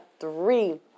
three